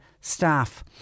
staff